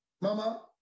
Mama, (